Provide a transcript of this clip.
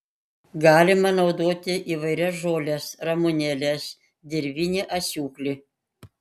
galima naudoti įvairias žoles ramunėles dirvinį asiūklį